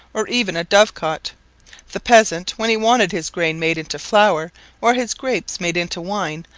or even a dovecot. the peasant, when he wanted his grain made into flour or his grapes made into wine,